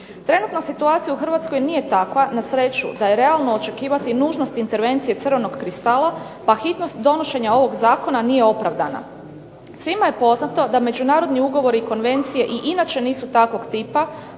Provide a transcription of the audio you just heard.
Trenutno situacija u Hrvatskoj nije takva, na sreću da je realno očekivati nužnost intervencije crvenog kristala, pa hitnost donošenja ovog zakona nije opravdana. Svima je poznato da međunarodni ugovori i konvencije i inače nisu takvog tipa